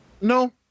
No